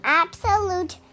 absolute